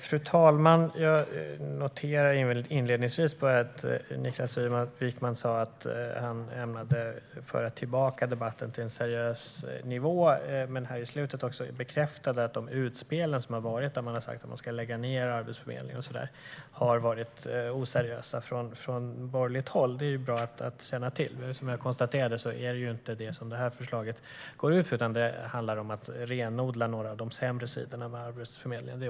Fru talman! Jag noterar inledningsvis att Niklas Wykman sa att han ämnade föra tillbaka debatten till en seriös nivå. I slutet av inlägget bekräftade han att de utspel som har gjorts där man har sagt att man ska lägga ned Arbetsförmedlingen och så vidare har varit oseriösa från borgerligt håll. Det är bra att känna till. Som jag konstaterade är det inte det som förslaget går ut på, utan det handlar om att renodla några av de sämre sidorna av Arbetsförmedlingen.